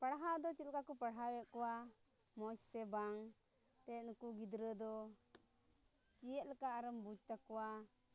ᱯᱟᱲᱦᱟᱣ ᱫᱚ ᱪᱮᱫ ᱞᱮᱠᱟ ᱠᱚ ᱯᱟᱲᱦᱟᱣᱮᱫ ᱠᱚᱣᱟ ᱢᱚᱡᱽ ᱥᱮ ᱵᱟᱝ ᱥᱮ ᱱᱩᱠᱩ ᱜᱤᱫᱽᱨᱟᱹ ᱫᱚ ᱪᱮᱫ ᱞᱮᱠᱟ ᱟᱨᱮᱢ ᱵᱩᱡᱽ ᱛᱟᱠᱚᱣᱟ